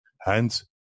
Hence